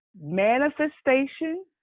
Manifestation